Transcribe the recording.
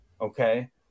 Okay